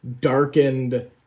darkened